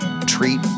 treat